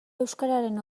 euskararen